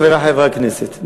חברי חברי הכנסת,